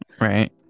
right